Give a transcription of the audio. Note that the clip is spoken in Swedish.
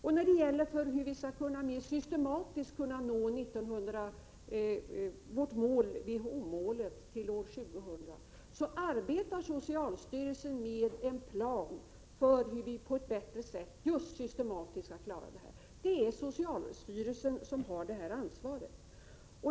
På frågan hur vi mer systematiskt skall kunna nå vårt mål till år 2000 är svaret, att socialstyrelsen arbetar med en plan för hur vi just på ett systematiskt sätt bättre skall klara det. Det är socialstyrelsen som har det ansvaret.